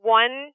one